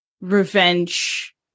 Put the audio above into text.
revenge